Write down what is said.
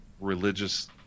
religious